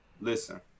listen